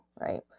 right